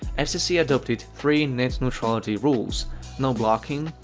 and fcc adopted three net neutrality rules no blocking,